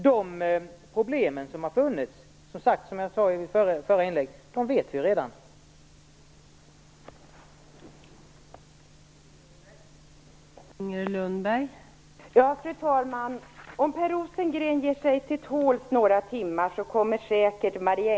Vi är redan medvetna om de problem som har funnits.